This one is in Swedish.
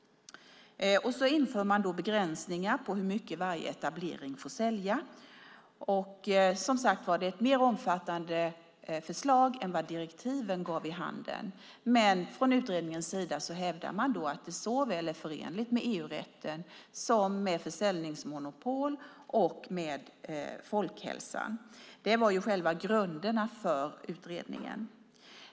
Man inför också begränsningar av hur mycket varje etablering får sälja. Som sagt är det ett mer omfattande förslag än vad direktiven gav vid handen. Men från utredningens sida hävdar man att det är förenligt med såväl EU-rätten som försäljningsmonopolet och folkhälsan. Det var själva grunderna för utredningen.